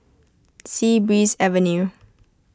Sea Breeze Avenue